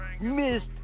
Missed